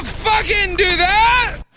fuckin' do that!